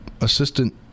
assistant